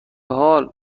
حال